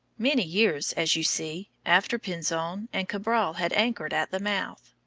many years, as you see, after pinzon and cabral had anchored at the mouth.